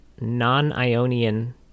non-ionian